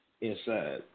inside